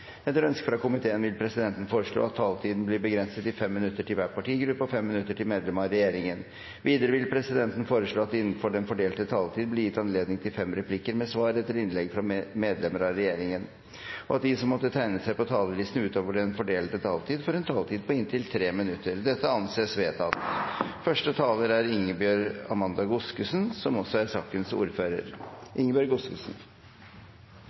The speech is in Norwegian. Etter ønske fra helse- og omsorgskomiteen vil presidenten foreslå at taletiden blir begrenset til 5 minutter til hver partigruppe og 5 minutter til medlem av regjeringen. Videre vil presidenten foreslå at det blir gitt anledning til fem replikker med svar etter innlegg fra medlemmer av regjeringen innenfor den fordelte taletid, og at de som måtte tegne seg på talerlisten utover den fordelte taletid, får en taletid på inntil 3 minutter. – Det anses vedtatt.